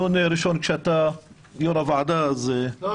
זהו דיון ראשון כשאתה יו"ר הוועדה --- לא,